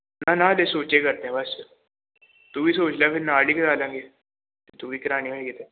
ਨਾ ਨਾ ਹਜੇ ਸੋਚਿਆ ਕਰਦੇ ਬਸ ਤੂੰ ਵੀ ਸੋਚ ਲਾ ਫਿਰ ਨਾਲ ਹੀ ਕਰਾਂ ਲਾਂਗੇ ਤੂੰ ਵੀ ਕਰਾਉਣੀ ਹੋਈ ਕਿਤੇ